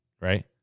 Right